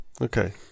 Okay